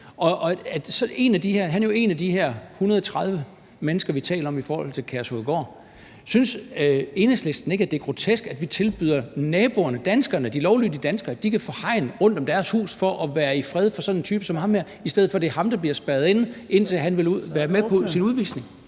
Han er jo en af de her 130 mennesker, vi taler om, i forbindelse med Kærshovedgård. Synes Enhedslisten ikke, at det er grotesk, at vi tilbyder naboerne, de lovlydige danskere, at de kan få hegn rundt om deres hus for at være i fred for sådan en type som ham her, i stedet for at det er ham, der bliver spærret inde, indtil han vil være med på at blive